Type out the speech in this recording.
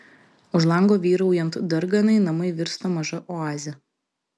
už lango vyraujant darganai namai virsta maža oaze